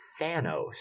thanos